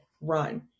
run